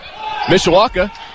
Mishawaka